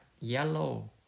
yellow